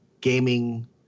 gaming